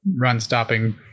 run-stopping